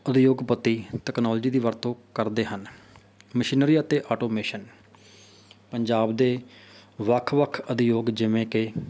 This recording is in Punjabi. ਉਦਯੋਗਪਤੀ ਤਕਨਾਲੋਜੀ ਦੀ ਵਰਤੋਂ ਕਰਦੇ ਹਨ ਮਸ਼ੀਨਰੀ ਅਤੇ ਆਟੋਮੇਸ਼ਨ ਪੰਜਾਬ ਦੇ ਵੱਖ ਵੱਖ ਉਦਯੋਗ ਜਿਵੇਂ ਕਿ